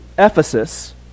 Ephesus